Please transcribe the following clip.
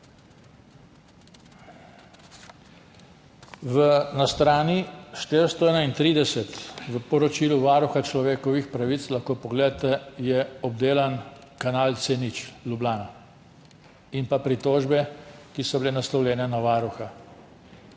Na strani 431 v poročilu Varuha človekovih pravic, lahko pogledate, je obdelan kanal C0, Ljubljana, in pa pritožbe, ki so bile naslovljene na Varuha.